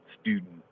student